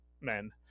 men